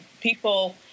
People